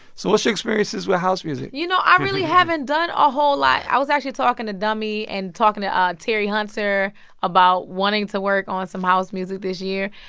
so what's your experiences with house music? you know, i really haven't done a whole lot. i was actually talking to dummy and talking to um terry hunter about wanting to work on some house music this year.